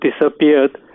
disappeared